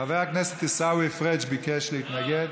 חבר הכנסת עיסאווי פריג' ביקש להתנגד.